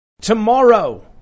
Tomorrow